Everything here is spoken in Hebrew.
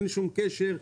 אין שום קשר.